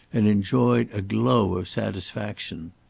and enjoyed a glow of satisfaction.